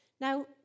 now